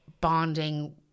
bonding